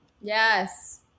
yes